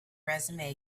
resume